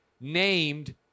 named